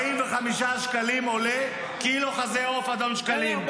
45 שקלים עולה קילו חזה עוף, אדון שקלים.